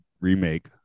remake